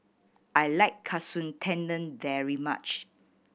I like Katsu Tendon very much